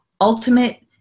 ultimate